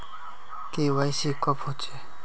KYC कब होचे?